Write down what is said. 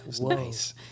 nice